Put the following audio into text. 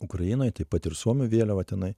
ukrainoj taip pat ir suomių vėliava tenai